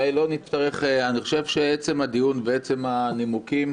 אני חושב שעצם הדיון ועצם הנימוקים